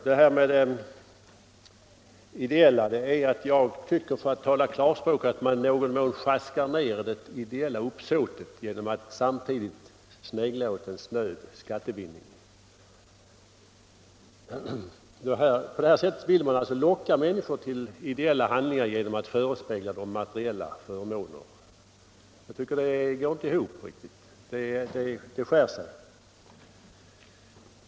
Det ideella skälet är att jag tycker, för att tala klarspråk, att man i någon mån sjaskar ned det ideella uppsåtet genom att samtidigt snegla åt snöd skattevinning. Man vill locka människor till ideella handlingar genom att förespegla materiella förmåner. Det går inte riktigt ihop. Det skär sig.